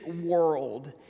world